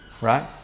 right